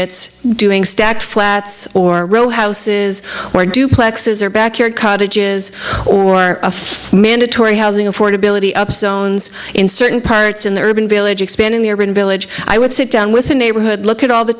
it's doing stacked flats or row houses or duplexes or backyard cottages or of mandatory housing affordability up zones in certain parts in the urban village expanding the urban village i would sit down with the neighborhood look at all the